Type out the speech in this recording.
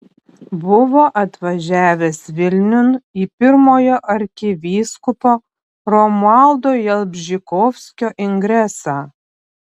buvo atvažiavęs vilniun į pirmojo arkivyskupo romualdo jalbžykovskio ingresą